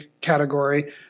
category –